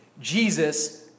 Jesus